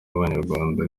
abanyarwanda